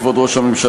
כבוד ראש הממשלה,